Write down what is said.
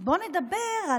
בוא נדבר,